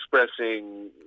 expressing